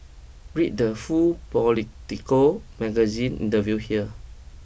read the full Politico Magazine interview here